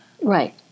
Right